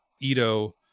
Ito